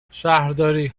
شهرداری